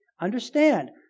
Understand